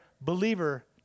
believer